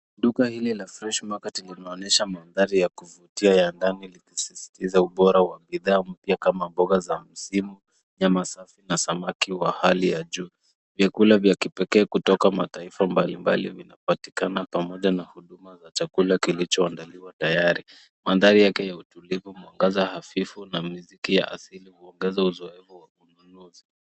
Duka hili la fresh market linaonyesha mandhari ya kuvutia ya ndani ikisisitiza ubora wa bidhaa mpya kama mboga za misimu, nyama safi, na samaki wa hali ya juu. Vyakula vya kipekee kutoka mataifa mbalimbali vinapatikana pamoja na huduma za chakula kilichoandaliwa tayari. mandhari yake ni utulivu, mwangaza hafifu na muziki ya asili huongeza uzoefu wa ununuzi.